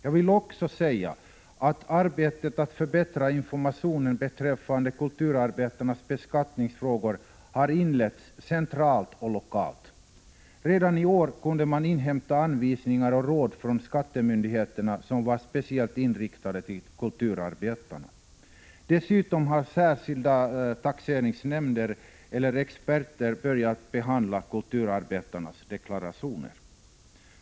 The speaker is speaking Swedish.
Jag vill också säga att arbetet med att förbättra informationen beträffande kulturarbetarnas beskattningsfrågor har inletts centralt och lokalt. Redan i år kunde man inhämta anvisningar och råd från skattemyndigheterna som var speciellt riktade till kulturarbetarna. Dessutom har särskilda experter börjat behandla kulturarbetarnas deklarationer.